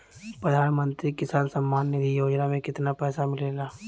प्रधान मंत्री किसान सम्मान निधि योजना में कितना पैसा मिलेला?